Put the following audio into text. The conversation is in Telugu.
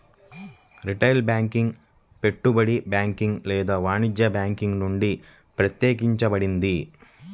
రిటైల్ బ్యాంకింగ్ పెట్టుబడి బ్యాంకింగ్ లేదా వాణిజ్య బ్యాంకింగ్ నుండి ప్రత్యేకించబడింది